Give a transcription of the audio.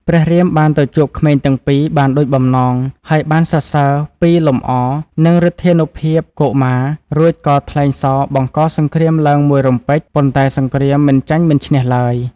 ព្រះរាមបានទៅជួបក្មេងទាំងពីរបានដូចបំណង ហើយបានសរសើរពីលំអនិងឫទ្ធានុភាពកុមារ រួចក៏ថ្លែងសរបង្កសង្គ្រាមឡើងមួយរំពេច ប៉ុន្តែសង្គ្រាមមិនចាញ់មិនឈ្នះឡើយ។